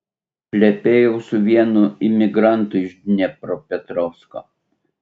plepėjau su vienu imigrantu iš dniepropetrovsko